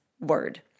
word